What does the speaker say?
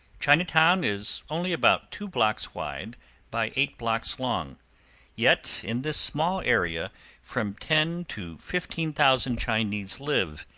chinatown is only about two blocks wide by eight blocks long yet in this small area from ten to fifteen thousand chinese live,